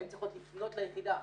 הן צריכות לפנות ליחידה.